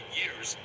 years